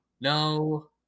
No